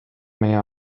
meie